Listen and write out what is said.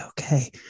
okay